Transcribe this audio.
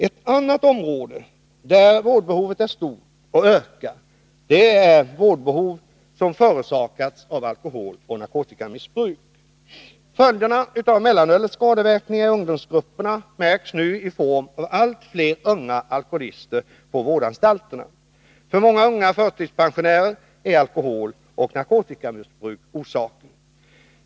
Ett annat område där vårdbehovet är stort och ökande gäller de skador som förorsakats av alkoholoch narkotikamissbruk. Följderna av mellanölets skadeverkningar i ungdomsgrupperna märks nu på det sättet att det finns allt fler unga alkoholister på vårdanstalterna. Alkoholoch narkotikamissbruk är orsak till att många unga förtidspensionerats.